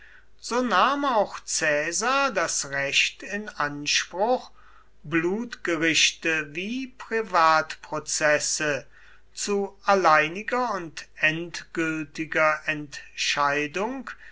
so nahm auch caesar das recht in anspruch blutgerichte wie privatprozesse zu alleiniger und endgültiger entscheidung